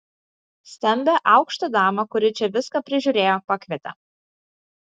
stambią aukštą damą kuri čia viską prižiūrėjo pakvietė